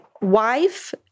wife